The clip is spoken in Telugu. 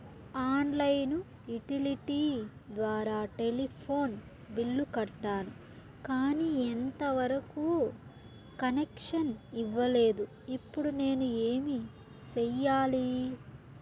ఆన్ లైను యుటిలిటీ ద్వారా టెలిఫోన్ బిల్లు కట్టాను, కానీ ఎంత వరకు కనెక్షన్ ఇవ్వలేదు, ఇప్పుడు నేను ఏమి సెయ్యాలి?